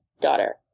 daughter